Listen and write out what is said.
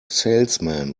salesman